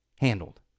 handled